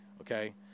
Okay